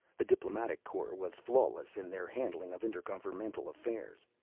the diplomatic corps was flawless in their handling of intergovernmental affairs.